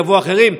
יבואו אחרים,